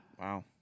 Wow